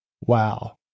wow